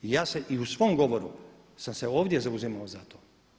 I ja se i u svom govoru sam se ovdje zauzimao za to.